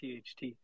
THT